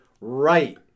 right